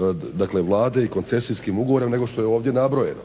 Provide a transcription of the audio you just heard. odlukama Vlade i koncesijskih ugovora nego što je ovdje nabrojeno.